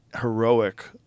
heroic